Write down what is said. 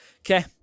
Okay